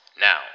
Now